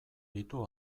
ditu